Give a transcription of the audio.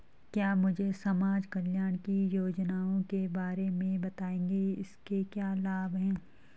क्या मुझे समाज कल्याण की योजनाओं के बारे में बताएँगे इसके क्या लाभ हैं?